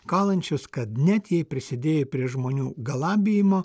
kalančius kad net jei prisidėjai prie žmonių galabijimo